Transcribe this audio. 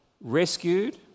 rescued